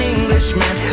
Englishman